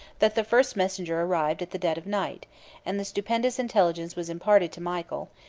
that the first messenger arrived at the dead of night and the stupendous intelligence was imparted to michael,